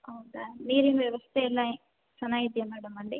ಹೌದಾ ನೀರಿನ ವ್ಯವಸ್ಥೆ ಎಲ್ಲ ಚೆನ್ನಾಗಿದ್ಯಾ ಮೇಡಮ್ ಅಲ್ಲಿ